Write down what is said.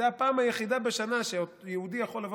זו הפעם היחידה בשנה שיהודי יכול לבוא